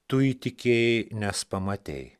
tu įtikėjai nes pamatei